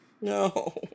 No